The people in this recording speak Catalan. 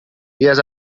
dies